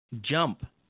jump